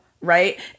right